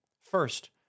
First